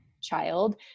child